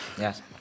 Yes